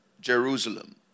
Jerusalem